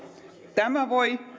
tämä voi